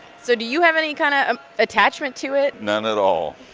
so do you have any kind of ah attachment to it? none at all.